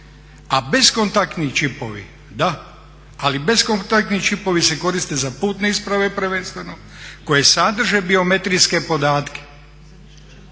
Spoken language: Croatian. A bezkontaktni čipovi da, ali bezkontaktni čipovi se koriste za putne isprave prvenstveno koje sadrže biometrijske podatke.